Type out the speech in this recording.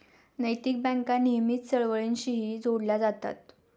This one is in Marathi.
नैतिक बँका नेहमीच चळवळींशीही जोडल्या जातात